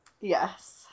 Yes